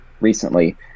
recently